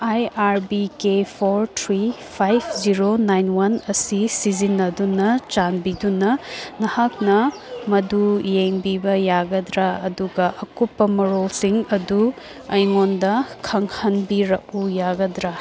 ꯑꯥꯏ R B K four three five zero nine one ꯑꯁꯤ ꯁꯤꯖꯤꯟꯅꯗꯨꯅ ꯆꯥꯟꯕꯤꯗꯨꯅ ꯅꯍꯥꯛꯅ ꯃꯗꯨ ꯌꯦꯡꯕꯤꯕ ꯌꯥꯒꯗ꯭ꯔꯥ ꯑꯗꯨꯒ ꯑꯀꯨꯞꯄ ꯃꯔꯣꯜꯁꯤꯡ ꯑꯗꯨ ꯑꯩꯉꯣꯟꯗ ꯈꯪꯍꯟꯕꯤꯔꯛꯎ ꯌꯥꯒꯗ꯭ꯔꯥ